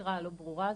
האשרה הלא ברורה הזאת,